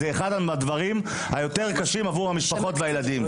זה אחד הדברים היותר קשים עבור המשפחות והילדים.